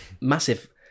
massive